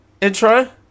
intro